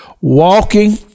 walking